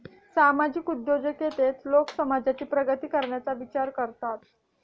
सामाजिक उद्योजकतेत लोक समाजाची प्रगती करण्याचा विचार करतात